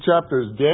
chapters